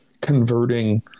converting